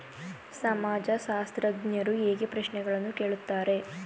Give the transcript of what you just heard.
ಸಮಾಜಶಾಸ್ತ್ರಜ್ಞರು ಹೇಗೆ ಪ್ರಶ್ನೆಗಳನ್ನು ಕೇಳುತ್ತಾರೆ?